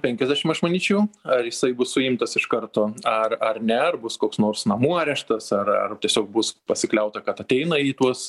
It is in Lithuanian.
penkiasdešimt aš manyčiau ar jisai bus suimtas iš karto ar ar ne ar bus koks nors namų areštas ar ar tiesiog bus pasikliauta kad ateina į tuos